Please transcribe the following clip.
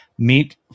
meet